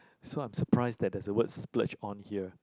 so I'm surprised that there's a word splurge on here